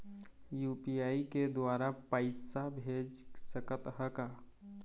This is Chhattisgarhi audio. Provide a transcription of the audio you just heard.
यू.पी.आई के द्वारा पैसा भेज सकत ह का?